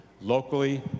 Locally